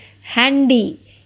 handy